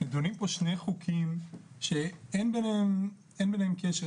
נידונים פה שני חוקים שאין ביניהם קשר.